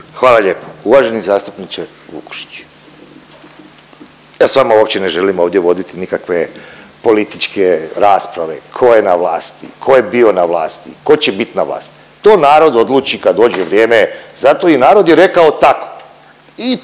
Hvala lijepo. Uvaženi zastupniče Vukušić, ja s vama uopće ne želim ovdje voditi nikakve političke rasprave ko je na vlasti, ko je bio na vlasti, ko će bit na vlasti, to vam narod odluči kad dođe vrijeme, zato i narod je rekao tako